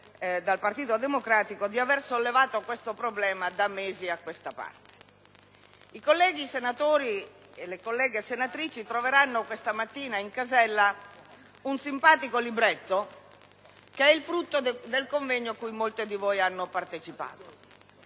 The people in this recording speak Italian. del Partito Democratico, avere sollevato questo problema da molti mesi a questa parte. I colleghi senatori e le colleghe senatrici troveranno questa mattina in casella un simpatico libretto, frutto del convegno al quale molte di voi hanno partecipato,